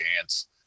chance